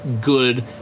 good